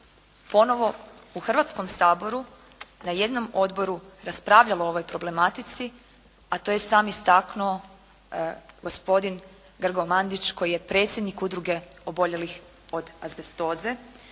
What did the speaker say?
ponovo u Hrvatskom saboru na jednom odboru raspravljalo o ovoj problematici a to je sam istaknuo gospodin Grgo Mandić koji je predsjednik Udruge oboljelih od azbestoze.